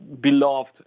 beloved